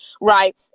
Right